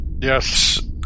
yes